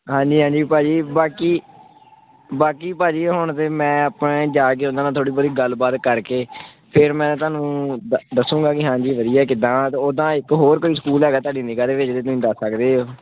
ਹਾਂਜੀ ਹਾਂਜੀ ਭਾਜੀ ਬਾਕੀ ਬਾਕੀ ਭਾਅ ਜੀ ਹੁਣ ਤਾਂ ਮੈਂ ਆਪਣੇ ਜਾ ਕੇ ਉਹਨਾ ਨਾਲ ਥੋੜ੍ਹੀ ਬਹੁਤੀ ਗੱਲਬਾਤ ਕਰਕੇ ਫਿਰ ਮੈਂ ਤੁਹਾਨੂੰ ਦੱਸਾਂਗਾ ਕਿ ਹਾਂਜੀ ਵਧੀਆ ਕਿੱਦਾਂ ਅਤੇ ਓਦਾਂ ਇੱਕ ਹੋਰ ਕੋਈ ਸਕੂਲ ਹੈਗਾ ਤੁਹਾਡੀ ਨਿਗਾਹ ਦੇ ਵਿੱਚ ਤਾਂ ਤੁਸੀਂ ਦੱਸ ਸਕਦੇ ਹੋ